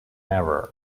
ever